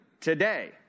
today